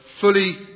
fully